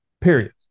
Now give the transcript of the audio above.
Period